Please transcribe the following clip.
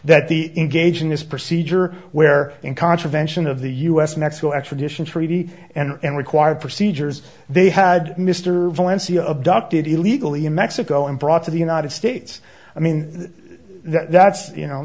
that the engage in this procedure where in contravention of the us mexico extradition treaty and required procedures they had mr valencia abducted illegally in mexico and brought to the united states i mean that's you know